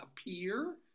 appear